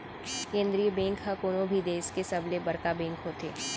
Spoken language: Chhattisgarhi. केंद्रीय बेंक ह कोनो भी देस के सबले बड़का बेंक होथे